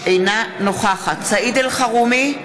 אינה נוכחת סעיד אלחרומי,